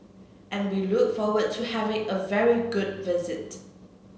and we look forward to having a very good visit